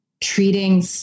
treating